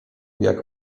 jak